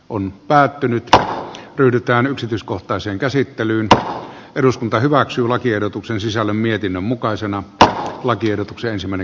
on päättynyt pyritään yksityiskohtaiseen käsittelyyn tuo eduskunta hyväksyy lakiehdotuksen sisällä mietinnön mukaisena että lakiehdotuksensa meni